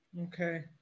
Okay